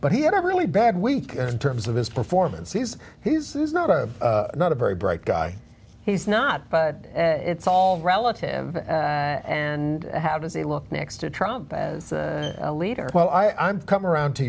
but he had a really bad week in terms of his performance he's he's not a not a very bright guy he's not but it's all relative and how does he look next to trump as a leader well i'm come around to